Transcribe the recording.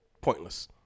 Pointless